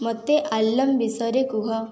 ମୋତେ ଆଲାର୍ମ ବିଷୟରେ କୁହ